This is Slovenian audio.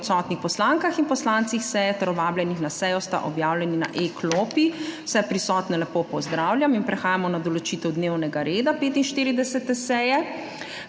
o odsotnih poslankah in poslancih seje ter o vabljenih na sejo sta objavljeni na e-klopi. Vse prisotne lepo pozdravljam! Prehajamo na določitev dnevnega reda 45. seje.